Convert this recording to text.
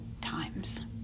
times